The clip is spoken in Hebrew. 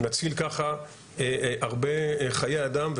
נציל ככה הרבה חיי אדם,